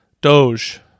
Doge